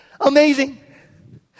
Amazing